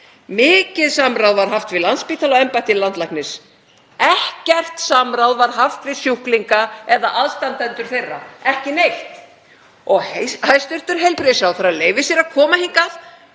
Mikið samráð var við Landspítala og embætti landlæknis.“ Ekkert samráð var haft við sjúklinga eða aðstandendur þeirra, ekki neitt. Og hæstv. heilbrigðisráðherra leyfir sér að koma hingað